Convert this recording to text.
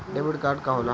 Debit card का होला?